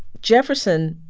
jefferson,